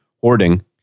hoarding